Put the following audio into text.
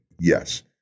Yes